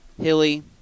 hilly